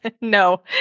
No